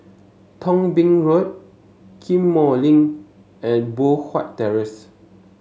Thong Bee Road Ghim Moh Link and Poh Huat Terrace